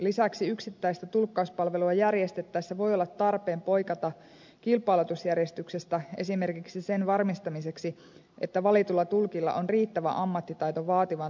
lisäksi yksittäistä tulkkauspalvelua järjestettäessä voi olla tarpeen poiketa kilpailutusjärjestyksestä esimerkiksi sen varmistamiseksi että valitulla tulkilla on riittävä ammattitaito vaativaan tulkkaustapahtumaan